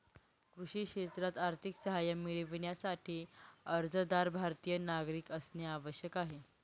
कृषी क्षेत्रात आर्थिक सहाय्य मिळविण्यासाठी, अर्जदार भारतीय नागरिक असणे आवश्यक आहे